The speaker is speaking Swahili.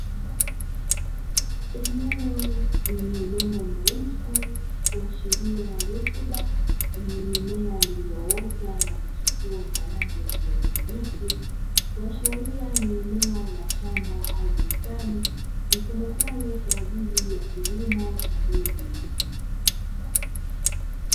Eneo lenye udongo mweusi kuashiria rutuba, lenye mimea iliyoota na kuchipua kwa rangi ya kijani kibichi, kuashiria ni eneo la shamba au bustani litumikalo kwaajili ya kilimo cha mbegu.